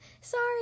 sorry